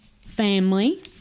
family